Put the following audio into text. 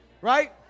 Right